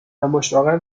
مشتاقم